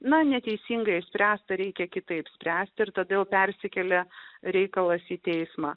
na neteisingai spręsti reikia kitaip spręsti ir todėl persikėlė reikalas į teismą